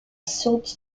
south